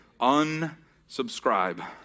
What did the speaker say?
Unsubscribe